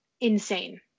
insane